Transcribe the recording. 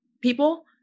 People